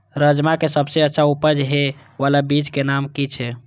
राजमा के सबसे अच्छा उपज हे वाला बीज के नाम की छे?